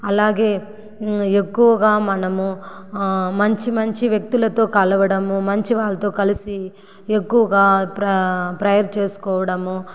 అలాగే ఎక్కువగా మనము మంచి మంచి వ్యక్తులతో కలవడము మంచి వాళ్ళతో కలిసి ఎక్కువగా ప్రా ప్రేయర్ చేసుకోవడము